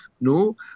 No